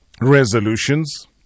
resolutions